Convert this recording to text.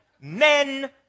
men